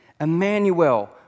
Emmanuel